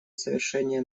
совершения